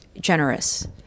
generous